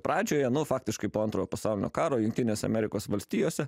pradžioje nu faktiškai po antrojo pasaulinio karo jungtinėse amerikos valstijose